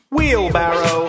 Wheelbarrow